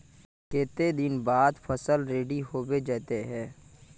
केते दिन बाद फसल रेडी होबे जयते है?